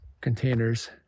containers